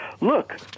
look